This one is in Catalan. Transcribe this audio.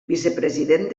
vicepresident